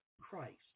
Christ